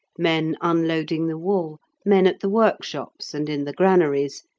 men unloading the wool, men at the workshops and in the granaries,